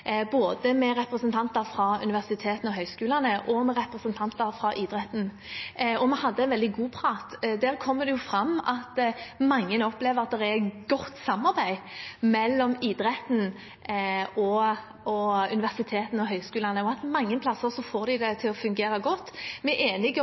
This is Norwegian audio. både med representanter fra universitetene og høyskolene og med representanter fra idretten, og vi hadde en veldig god prat. Der kom det fram at mange opplever at det er godt samarbeid mellom idretten og universitetene og høyskolene, og mange steder får de